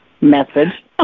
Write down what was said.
message